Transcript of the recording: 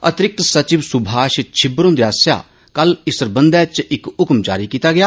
अतिरिक्त सचिव सुभाष छिब्बर हंदे आसेआ कल इस सरबंधै च इक हक्म जारी कीता गेआ